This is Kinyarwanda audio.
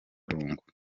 lungu